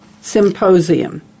Symposium